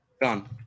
Done